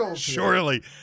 Surely